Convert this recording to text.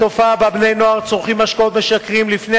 התופעה שבה בני-נוער צורכים משקאות משכרים לפני